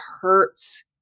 hurts